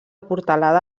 portalada